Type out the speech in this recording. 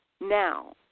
Now